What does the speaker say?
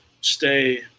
stay